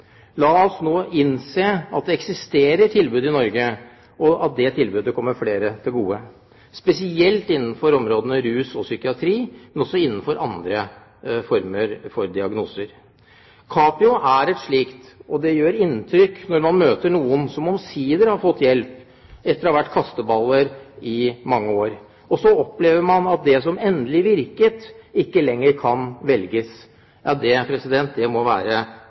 La oss nå innse at det eksisterer tilbud i Norge, og at de tilbudene må komme flere til gode, spesielt innenfor områdene rus og psykiatri, men også når det gjelder andre former for diagnoser. Capio er et slikt tilbud. Det gjør inntrykk når man møter noen som omsider har fått hjelp etter å ha vært kasteball i mange år. Så opplever man at det som endelig virket, ikke lenger kan velges. Det må være